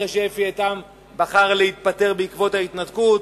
אחרי שאפי איתם בחר להתפטר בעקבות ההתנתקות,